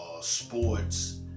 sports